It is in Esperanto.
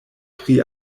pri